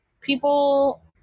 people